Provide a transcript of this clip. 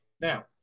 Now